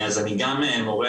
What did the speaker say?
אז אני גם מורה,